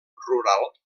rural